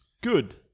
good